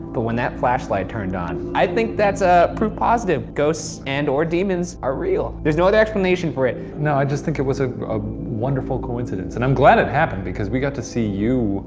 but when that flashlight turned on. i think that's a proof positive. ghosts and or demons are real, there's no other explanation for it. no, i just think it was a wonderful coincidence. and i'm glad it happened, because we got to see you